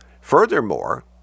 Furthermore